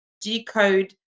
decode